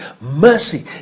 mercy